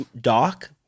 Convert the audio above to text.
Doc